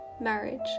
marriage